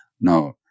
Now